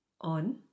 on